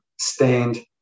Stand